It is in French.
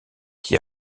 qui